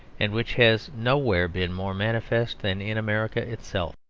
and which has nowhere been more manifest than in america itself.